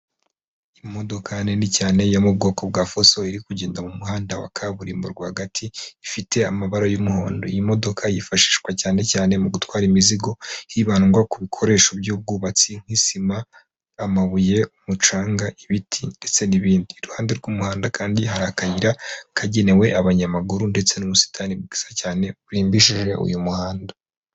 Imodoka nini cyane yo mu bwoko bwa fuso iri kugenda mu muhanda wa kaburimbo rwagati ifite amabara y'umuhondo iyi modoka yifashishwa cyane cyane mu gutwara imizigo hibandwa ku bikoresho by'ubwubatsi nk'isima amabuye, umucanga, ibiti ndetse n'ibindi iruhande rw'umuhanda kandi hari akayira kagenewe abanyamaguru ndetse n'ubusitani bwiza cyane burimbishije uyu muhanda.